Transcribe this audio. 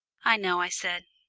i know, i said,